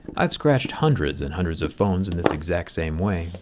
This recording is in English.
i've scratched hundreds and hundreds of phones in this exact same way,